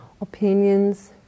opinions